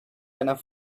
enough